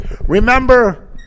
Remember